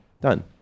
Done